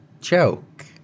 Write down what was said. joke